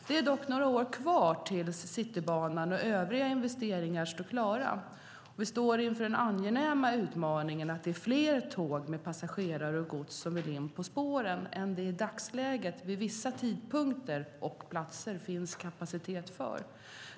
Det är dock några år kvar tills Citybanan och övriga investeringar står klara, och vi står inför den angenäma utmaningen att det är fler tåg med passagerare och gods som vill in på spåren än det i dagsläget vid vissa tidpunkter och platser finns kapacitet för.